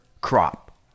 crop